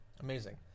Amazing